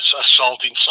assaulting